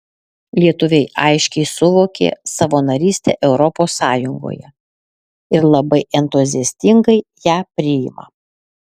lietuviai aiškiai suvokė savo narystę europos sąjungoje ir labai entuziastingai ją priima